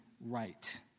right